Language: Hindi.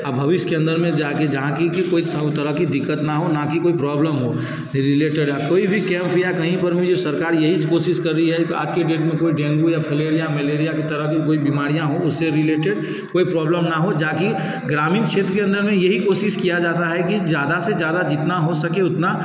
और भविष्य के अंदर में जाकर जहाँ कि के कोई साफ तरह कि कोई दिक्कत न हो ना की कोई प्रॉब्लम हो फिर रिलेटेड कोई भी कैंप या कहीं पर भी सरकार यही कोशिश कर रही है आज कि डेट में कोई डेंगू या फलेरिया मलेरिया कि तरह कि कोई बीमारियाँ हो उससे भी रेलेटिड कोई प्रॉब्लेम न हो जो कि ग्रामीण क्षेत्र के अंदर में यही कोशिश किया जाता है कि ज़्यादा से ज़्यादा जितना हो सके उतना